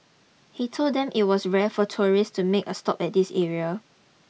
he told them it was rare for tourists to make a stop at this area